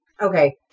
okay